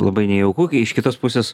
labai nejauku kai iš kitos pusės